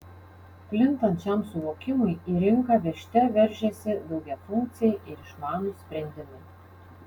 plintant šiam suvokimui į rinką veržte veržiasi daugiafunkciai ir išmanūs sprendimai